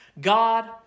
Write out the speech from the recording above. God